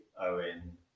Owen